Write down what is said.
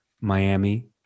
Miami